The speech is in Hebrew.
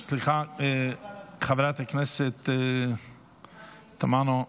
חברת הכנסת תמנו,